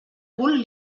cul